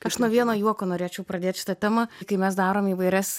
aš nuo vieno juoko norėčiau pradėt šitą temą kai mes darom įvairias